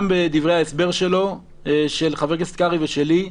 גם בדברי ההסבר של חבר הכנסת קרעי ושלי,